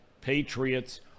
Patriots